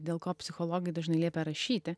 dėl ko psichologai dažnai liepia rašyti